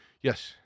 Yes